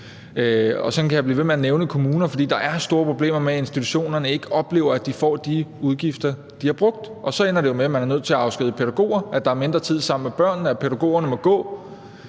Sådan kan jeg blive ved med at nævne kommuner, for der er store problemer med, at institutionerne ikke oplever, at de får dækket de udgifter, de har haft, og så ender det jo med, at man er nødt til at afskedige pædagoger, at der er mindre tid sammen med børnene og pædagogerne må gå.